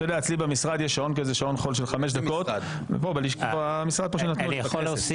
זה בחוברת שיש בתקנון, וזאת החלטה של ועדת